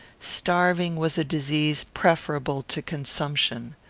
starving was a disease preferable to consumption.